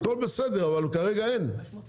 אין בעיה, אנחנו נשתף אתכם, אל תעכבו לכם.